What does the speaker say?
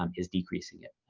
um is decreasing it,